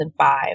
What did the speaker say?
2005